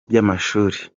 by’amashuri